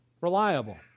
reliable